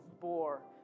bore